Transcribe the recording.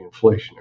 inflationary